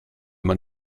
man